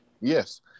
Yes